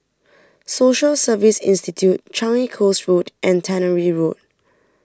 Social Service Institute Changi Coast Road and Tannery Road